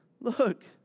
look